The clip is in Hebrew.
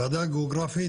ועדת גיאוגרפית